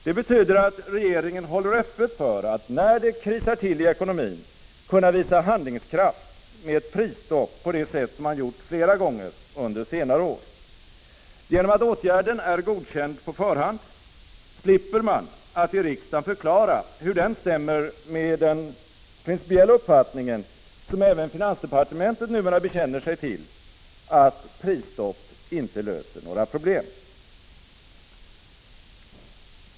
Det betyder att regeringen håller öppet för att när det krisar till i ekonomin kunna visa handlingskraft med ett prisstopp på det sätt som man gjort flera gånger under senare år. Genom att åtgärden är godkänd på förhand, slipper man att i riksdagen förklara hur den stämmer med den principiella uppfattningen, som även finansdepartementet numera bekänner sig till, att prisstopp inte löser några problem.